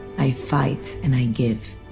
i fight, and i give